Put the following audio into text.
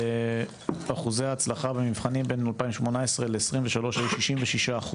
אחוזי ההצלחה במבחנים בין 2018-2023 היו 66%,